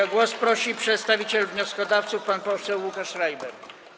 O głos prosi przedstawiciel wnioskodawców pan poseł Łukasz Schreiber.